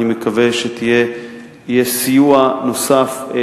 אני מקווה שיהיה סיוע נוסף,